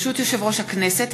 ברשות יושב-ראש הכנסת,